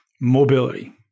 mobility